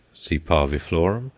c. parviflorum,